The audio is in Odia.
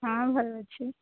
ହଁ ଭଲ ଅଛି